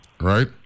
Right